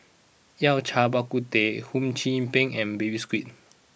Yao Cai Bak Kut Teh Hum Chim Peng and Baby Squid